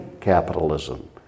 capitalism